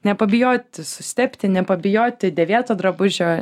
nepabijoti susitepti nepabijoti dėvėto drabužio